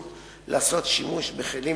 כללית,